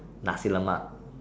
Nasi-Lemak